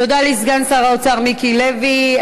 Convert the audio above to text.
תודה לסגן שר האוצר מיקי לוי.